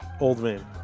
Oldman